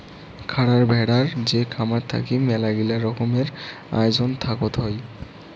খারার ভেড়ার যে খামার থাকি মেলাগিলা রকমের আয়োজন থাকত হই